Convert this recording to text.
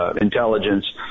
intelligence